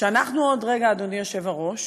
ואנחנו בעוד רגע, אדוני היושב-ראש,